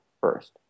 first